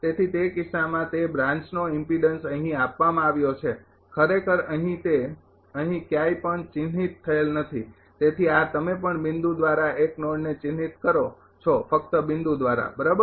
તેથી તે કિસ્સામાં તે બ્રાન્ચનો ઇમ્પીડન્સ અહીં આપવામાં આવ્યો છે ખરેખર અહી તે અહીં ક્યાંય પણ ચિંહિત થયેલ નથી તેથી આ તમે પણ બિંદુ દ્વારા ૧ નોડને ચિહ્નિત કરો છો ફક્ત બિંદુ દ્વારા બરાબર